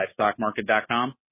LivestockMarket.com